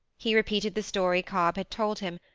he repeated the story cobb had told him,